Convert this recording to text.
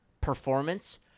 performance